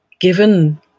given